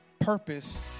purpose